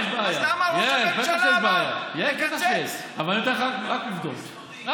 ובסוף בסוף בסוף חושבים על האזרחים ולא